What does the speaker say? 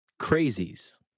crazies